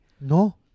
No